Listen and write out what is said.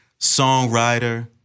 Songwriter